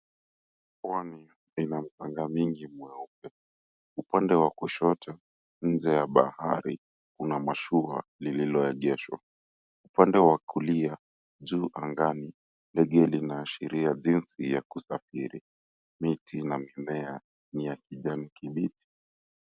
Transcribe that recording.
Pwani ina mchanga mingi mweupe, upande wa kushoto, nje ya bahari kuna mashua lililoegeshwa. Upande wa kulia juu angani, ndege linaashiria jinsi ya kusafiri. Miti na mimea ni ya kijani kibichi.